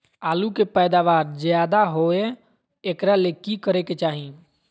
आलु के पैदावार ज्यादा होय एकरा ले की करे के चाही?